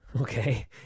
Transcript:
okay